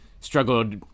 Struggled